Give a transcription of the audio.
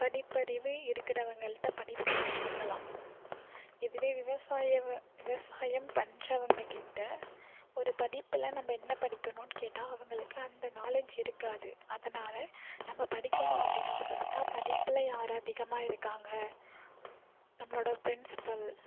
படிப்பறிவு இருக்கிறவங்கள்ட படிப்பை பற்றி கேட்கலாம் இதுவே விவசாயவ விவசாயம் பண்றவங்கக்கிட்ட ஒரு படிப்பில் நம்ம என்ன படிக்கணுன்னு கேட்டால் அவங்களுக்கு அந்த நாலேஜ் இருக்காது அதனால் நம்ம படிக்கணும் அப்படின்னு ஆசைப்பட்டா படிப்பில் யார் அதிகமாக இருக்காங்க நம்மளோடைய ப்ரின்ஸ்பல்